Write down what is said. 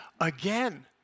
again